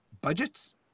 budgets